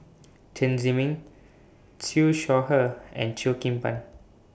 Chen Zhiming Siew Shaw Her and Cheo Kim Ban